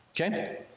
Okay